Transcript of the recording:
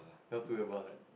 cause to about it